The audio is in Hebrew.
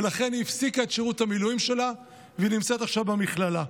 לכן היא הפסיקה את שירות המילואים שלה והיא נמצאת עכשיו במכללה,